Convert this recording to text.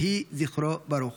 יהי זכרו ברוך.